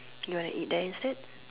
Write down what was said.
you wanna eat that instead